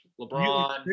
LeBron